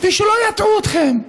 שלא יטעו אתכם,